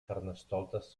carnestoltes